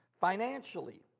Financially